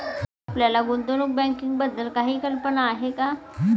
आपल्याला गुंतवणूक बँकिंगबद्दल काही कल्पना आहे का?